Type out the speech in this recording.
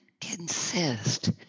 consist